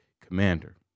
commander